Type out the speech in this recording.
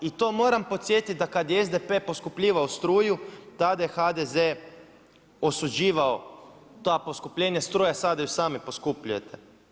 I to moram podsjetiti, da kad je SDP poskupljivao struju, tada je HDZ osuđivao ta poskupljenja struje, sad ju sami poskupljujete.